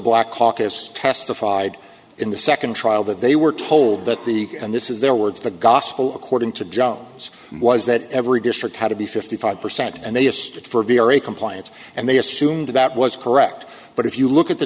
black caucus testified in the second trial that they were told that the and this is their words the gospel according to jones was that every district had to be fifty five percent and they used it for a very compliance and they assumed that was correct but if you look at the